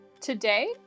today